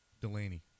Delaney